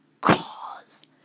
cause